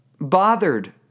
bothered